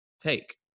take